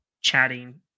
chatting